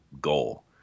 goal